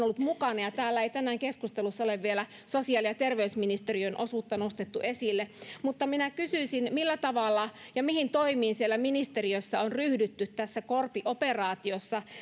ollut mukana täällä ei tänään keskustelussa ole vielä sosiaali ja terveysministeriön osuutta nostettu esille mutta minä kysyisin millä tavalla ja mihin toimiin siellä ministeriössä on ryhdytty tässä korpi operaatiossa